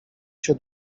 się